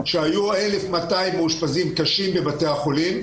כשהיו 1,200 מאושפזים קשה בבתי החולים.